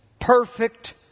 perfect